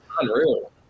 Unreal